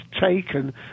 taken